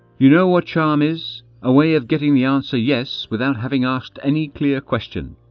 you know what charm is a way of getting the answer yes without having asked any clear question.